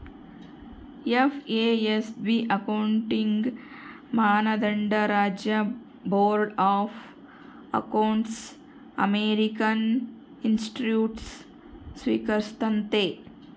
FASB accounting ಮಾನದಂಡ ರಾಜ್ಯ board of accountancy American institutes ಸ್ವೀಕರಿಸ್ತತೆ